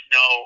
no